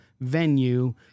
venue